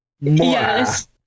yes